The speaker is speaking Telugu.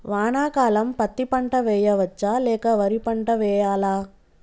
వానాకాలం పత్తి పంట వేయవచ్చ లేక వరి పంట వేయాలా?